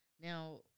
Now